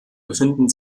befinden